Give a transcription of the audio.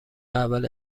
اول